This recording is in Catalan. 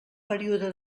període